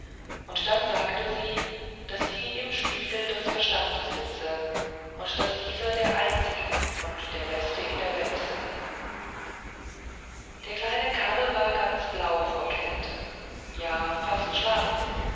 und dann sagte sie daß sie im spiegel des verstandes sitze und daß dieser der einzige und der beste in der welt sei der kleine karl war ganz blau vor kälte ja fast schwarz